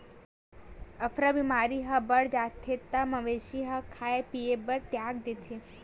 अफरा बेमारी ह बाड़ जाथे त मवेशी ह खाए पिए बर तियाग देथे